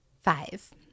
Five